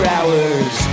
Hours